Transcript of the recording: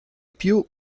più